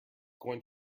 going